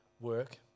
work